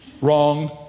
Wrong